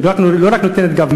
לא רק נותנת גב,